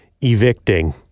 evicting